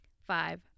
Five